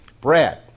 Brad